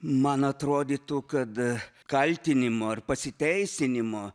man atrodytų kada kaltinimo ir pasiteisinimo